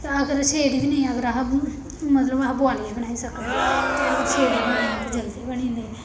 अगर सेड़ी बी निं अगर अस मतलब अस बोआलियै बनाई सकने ते अगर सेड़ियै बनाने होगे जल्दी बनी दे